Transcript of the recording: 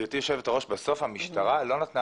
גברתי יושבת הראש בסוף המשטרה לא נתנה